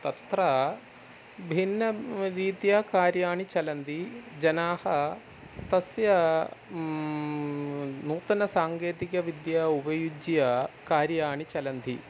तत्र भिन्नं रीत्या कार्याणि चलन्ति जनाः तस्य नूतनसाङ्केतिकविद्याम् उपयुज्य कार्याणि चलन्ति